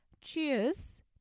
cheers